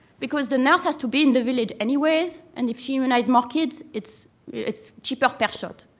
because the nurse has to be in the village anyways. and if she immunized more kids, it's it's cheaper per shot.